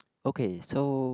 okay so